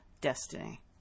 destiny